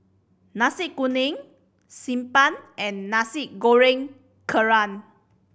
Nasi Kuning Xi Ban and Nasi Goreng Kerang